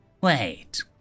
Wait